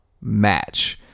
match